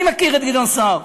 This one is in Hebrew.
אני מכיר את גדעון סער,